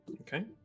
Okay